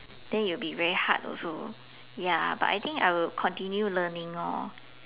then it will be very hard also ya but I think I will continue learning lor